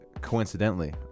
coincidentally